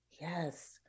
Yes